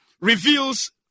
reveals